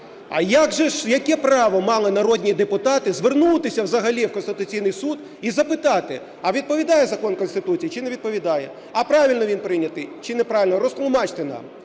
А як же ж, яке право мали народні депутати звернутися взагалі в Конституційний Суд і запитати, а відповідає закон Конституції чи не відповідає, а правильно він прийнятий чи неправильно, розтлумачте нам.